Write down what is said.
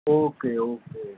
okay okay